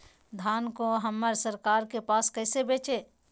धान को हम सरकार के पास कैसे बेंचे?